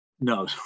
No